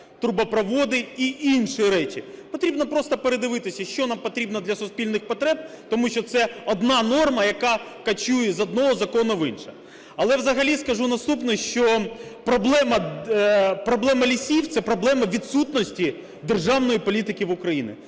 трубопроводи і інші речі. Потрібно просто передивитися, що нам потрібно для суспільних потреб, тому що це одна норма, яка кочує з одного закону в інший. Але взагалі скажу наступне, що проблема лісів – це проблема відсутності державної політики в Україні,